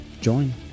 join